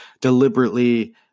deliberately